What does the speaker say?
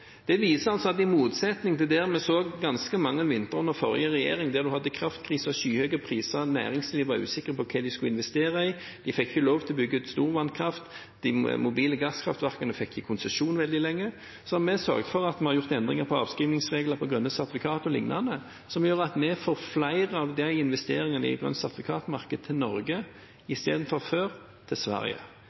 Det viser at i motsetning til det vi så ganske mange vintre under forrige regjering, der en hadde kraftkrise og skyhøye priser, og der næringslivet var usikre på hva en skulle investere i – de fikk ikke lov til å bygge ut stor vannkraft, og de mobile gasskraftverkene fikk ikke konsesjon veldig lenge – har vi sørget for at vi har gjort endringer i avskrivningsregler for grønne sertifikat og lignende, noe som gjør at vi får flere av investeringene i grønt sertifikat-markedet til Norge, istedenfor, som før, til Sverige.